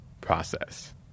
process